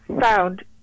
found